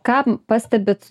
ką pastebit